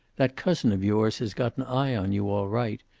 that cousin of yours has got an eye on you, all right.